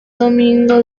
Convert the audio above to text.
domingo